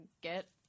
get